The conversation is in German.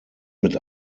mit